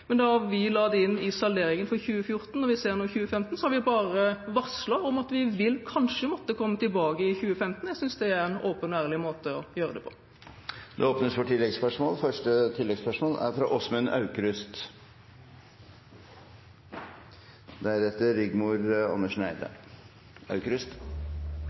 men da vi la det inn i salderingen for 2014, og vi nå ser 2015, ville vi bare varsle om at vi kanskje vil måtte komme tilbake i 2015. Jeg synes det er en åpen og ærlig måte å gjøre det på. Det åpnes for oppfølgingsspørsmål – først Åsmund Aukrust. Det er